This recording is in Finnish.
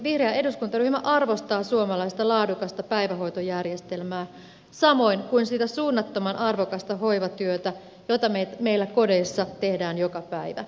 vihreä eduskuntaryhmä arvostaa suomalaista laadukasta päivähoitojärjestelmää samoin kuin sitä suunnattoman arvokasta hoivatyötä jota meillä kodeissa tehdään joka päivä